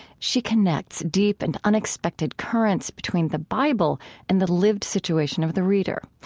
she connects deep and unexpected currents between the bible and the lived situation of the reader.